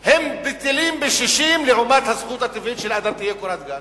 בטלים בשישים לעומת הזכות הטבעית שלאדם תהיה קורת גג.